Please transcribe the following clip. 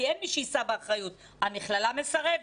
כי אין מי שיישא באחריות המכללה מסרבת.